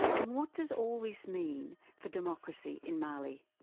and what does all this mean for democracy in mali?